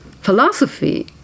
Philosophy